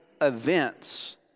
events